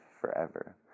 forever